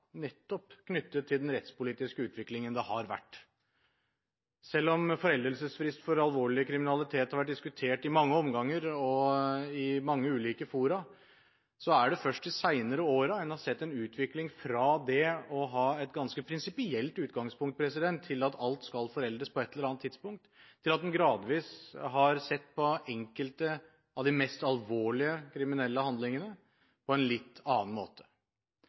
nettopp knyttet til den rettspolitiske utviklingen som har vært. Selv om foreldelsesfrist for alvorlig kriminalitet har vært diskutert i mange omganger og i mange ulike fora, er det først de senere årene at man har sett en utvikling fra det å ha et ganske prinsipielt utgangspunkt om at alt skal foreldes på et eller annet tidspunkt, til at man gradvis har sett på enkelte av de mest alvorlige kriminelle handlingene på en litt annen måte.